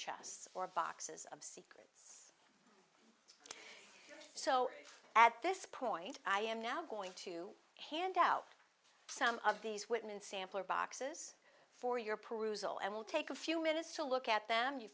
chests or boxes of say so at this point i am now going to hand out some of these whitman sampler boxes for your perusal and will take a few minutes to look at them you